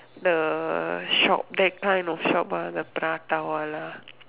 the shop that kind of shop ah the prata wala